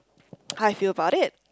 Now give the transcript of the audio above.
how I feel about it